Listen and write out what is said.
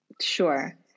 Sure